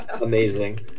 Amazing